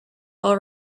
all